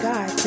God